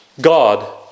God